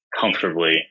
comfortably